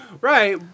Right